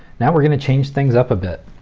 now we're gonna change things up a bit.